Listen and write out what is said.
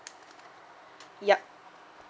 yup